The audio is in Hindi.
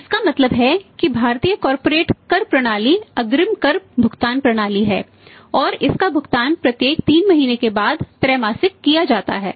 तो इसका मतलब है कि भारतीय कॉर्पोरेट कर प्रणाली अग्रिम कर भुगतान प्रणाली है और इसका भुगतान प्रत्येक 3 महीने के बाद त्रैमासिक किया जाता है